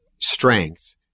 strength